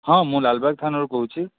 ହଁ ମୁଁ ଲାଲବାଗ୍ ଥାନାରୁ କହୁଛି